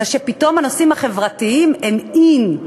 זה שפתאום הנושאים החברתיים הם in.